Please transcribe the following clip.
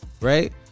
right